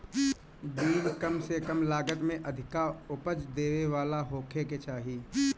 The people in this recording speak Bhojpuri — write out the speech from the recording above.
बीज कम से कम लागत में अधिका उपज देवे वाला होखे के चाही